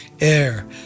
air